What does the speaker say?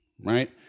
right